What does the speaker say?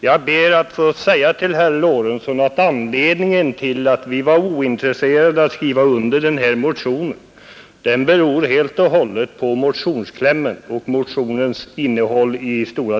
Jag ber då att få säga till herr Lorentzon att vårt bristande intresse för att skriva under denna motion helt och hållet beror på motionens kläm och i stora delar också på motionens innehåll i övrigt.